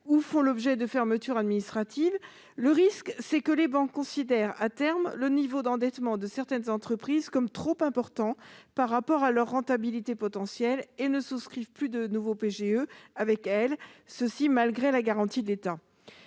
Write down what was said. ou font l'objet d'une fermeture administrative, le risque est que les banques considèrent, à terme, le niveau d'endettement de certaines d'entre elles comme trop important par rapport à leur rentabilité potentielle et n'acceptent plus de signer de nouveaux PGE, malgré la garantie de l'État.